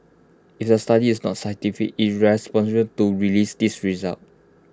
if the study is not scientific irresponsible to release these results